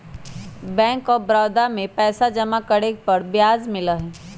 bank of Baroda में पैसा जमा करे पर ब्याज मिला हई